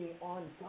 on